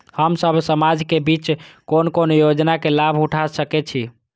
हम सब समाज के बीच कोन कोन योजना के लाभ उठा सके छी?